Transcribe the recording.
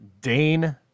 Dane